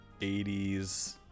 80s